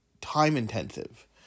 time-intensive